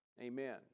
Amen